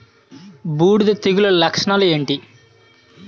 బూడిద తెగుల లక్షణాలు ఏంటి?